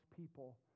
people